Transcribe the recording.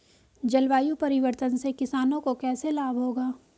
जलवायु परिवर्तन से किसानों को कैसे लाभ होगा?